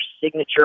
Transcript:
signature